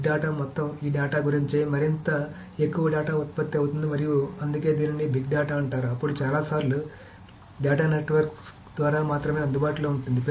big data మొత్తం ఈ data గురించే మరింత ఎక్కువ డేటా ఉత్పత్తి అవుతోంది మరియు అందుకే దీనిని బిగ్ డేటా అంటారు అప్పుడు చాలా సార్లు డేటా నెట్వర్క్ ద్వారా మాత్రమే అందుబాటులో ఉంటుంది